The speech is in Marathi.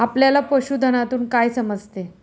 आपल्याला पशुधनातून काय समजते?